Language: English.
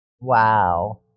Wow